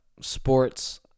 sports